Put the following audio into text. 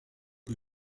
rue